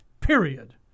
Period